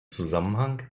zusammenhang